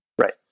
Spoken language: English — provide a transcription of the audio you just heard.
right